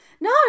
No